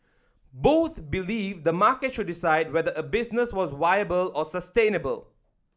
both believed the market should decide whether a business was viable or sustainable